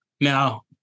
Now